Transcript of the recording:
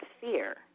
fear